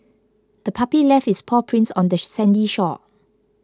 the puppy left its paw prints on the sandy shore